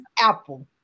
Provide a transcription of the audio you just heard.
Apple